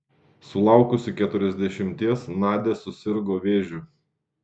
sulaukusi keturiasdešimties nadia susirgo vėžiu